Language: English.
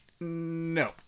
No